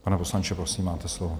Pane poslanče, prosím, máte slovo.